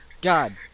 God